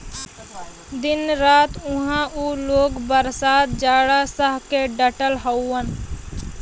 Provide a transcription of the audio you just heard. दिन रात उहां उ लोग बरसात जाड़ा सह के डटल हउवन